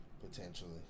potentially